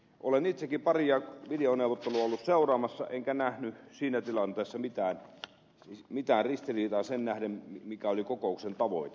olen itsekin paria videoneuvottelua ollut seuraamassa enkä nähnyt siinä tilanteessa mitään ristiriitaa siihen nähden mikä oli kokouksen tavoite